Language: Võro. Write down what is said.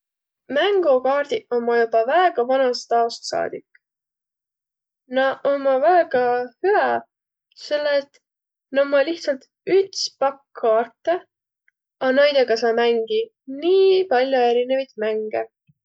Mängokaardiq ommaq joba väga vanast aost saadik. Naaq ommaq väega hüäq, selle et na ommaq lihtsalt üts pakk kaartõ, a naidõga saa mängiq nii pall'o erinevit mänge.